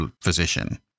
physician